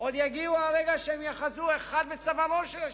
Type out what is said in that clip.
עוד יגיע הרגע שהם יאחזו אחד בצווארו של השני,